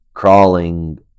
crawling